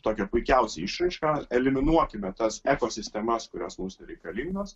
tokią puikiausią išraišką eliminuokime tas ekosistemas kurios mums nereikalingos